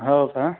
हो का